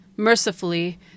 Mercifully